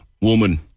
woman